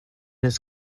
his